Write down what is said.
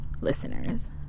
listeners